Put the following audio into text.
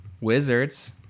Wizards